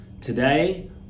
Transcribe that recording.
Today